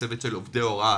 צוות עובדי ההוראה,